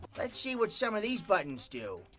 let's see what some of these buttons do.